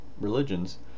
religions